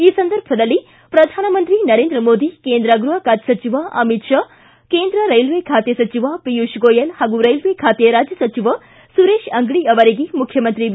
ಈ ಸಂದರ್ಭದಲ್ಲಿ ಪ್ರಧಾನಮಂತ್ರಿ ನರೇಂದ್ರ ಮೋದಿ ಕೇಂದ್ರ ಗೃಹ ಖಾತೆ ಸಚಿವ ಅಮಿತ್ ಶಾ ಕೇಂದ್ರ ರೈಲ್ವೆ ಖಾತೆ ಸಚಿವ ಪಿಯೂಶ್ ಗೋಯಲ್ ಹಾಗೂ ರೈಲ್ವೆ ಖಾತೆ ರಾಜ್ಯ ಸಚಿವ ಸುರೇಶ್ ಅಂಗಡಿ ಅವರಿಗೆ ಮುಖ್ಯಮಂತ್ರಿ ಬಿ